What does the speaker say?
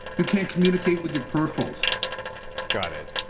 you can't communicate with your peripherals got it.